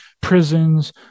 prisons